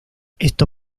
esto